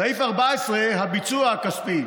סעיף 14, הביצוע הכספי: